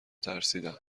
ترسیدم